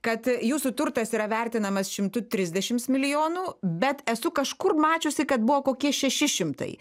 kad jūsų turtas yra vertinamas šimtu trisdešims milijonų bet esu kažkur mačiusi kad buvo kokie šeši šimtai